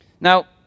Now